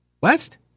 West